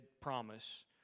promise